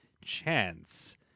chance